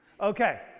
Okay